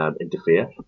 interfere